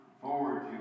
forward